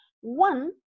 one